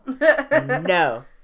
No